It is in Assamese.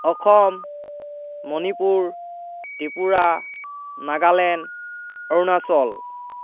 অসম মণিপুৰ ত্ৰিপুৰা নাগালেণ্ড অৰুণাচল